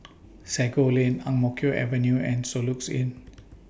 Sago Lane Ang Mo Kio Avenue and Soluxe Inn